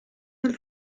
del